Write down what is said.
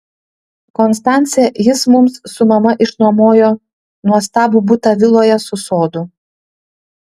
konstance jis mums su mama išnuomojo nuostabų butą viloje su sodu